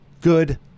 good